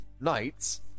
knights